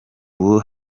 ubu